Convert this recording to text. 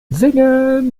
singen